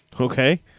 Okay